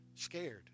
Scared